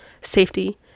safety